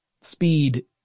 speed